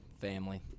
family